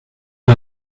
del